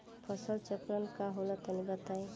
फसल चक्रण का होला तनि बताई?